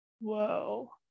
whoa